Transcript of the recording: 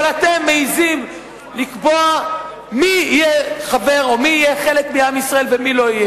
אבל אתם מעזים לקבוע מי יהיה חבר או מי יהיה חלק מעם ישראל ומי לא יהיה.